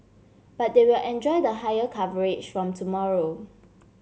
but they will enjoy the higher coverage from tomorrow